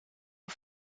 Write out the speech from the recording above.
aux